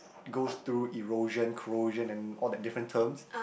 goes to erosion corrosion and all the different terms